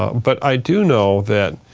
but i do know that,